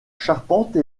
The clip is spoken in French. charpente